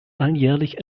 alljährlich